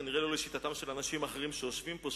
אך כנראה לא לשיטתם של אנשים אחרים שיושבים כאן,